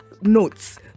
notes